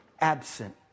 absent